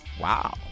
Wow